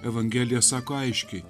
evangelija sako aiškiai